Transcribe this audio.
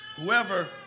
Whoever